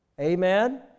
Amen